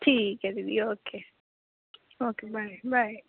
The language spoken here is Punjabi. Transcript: ਠੀਕ ਹੈ ਦੀਦੀ ਓਕੇ ਓਕੇ ਬਾਏ ਬਾਏ